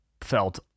felt